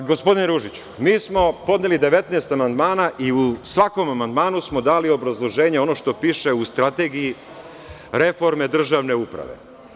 Gospodine Ružiću, mi smo podneli 19 amandmana i u svakom amandmanu smo dali obrazloženje, ono što piše u strategiji reforme državne uprave.